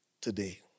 today